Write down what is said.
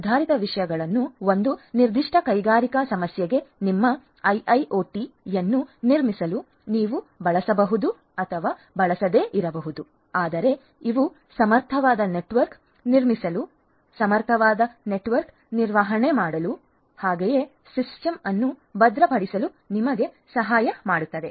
ಈ ಸುಧಾರಿತ ವಿಷಯಗಳನ್ನು ಒಂದು ನಿರ್ದಿಷ್ಟ ಕೈಗಾರಿಕಾ ಸಮಸ್ಯೆಗೆ ನಿಮ್ಮ ಐಐಒಟಿ ಯನ್ನು ನಿರ್ಮಿಸಲು ನೀವು ಬಳಸಬಹುದು ಅಥವಾ ಬಳಸದಿರಬಹುದು ಆದರೆ ಇವು ಸಮರ್ಥವಾದ ನೆಟ್ವರ್ಕ್ ನಿರ್ಮಿಸಲು ಸಮರ್ಥ ನೆಟ್ವರ್ಕ್ ನಿರ್ವಹಣೆ ಮಾಡಲು ಹಾಗೆಯೇ ಸಿಸ್ಟಮ್ ಅನ್ನು ಭದ್ರಪಡಿಸಲು ನಿಮಗೆ ಸಹಾಯ ಮಾಡುತ್ತವೆ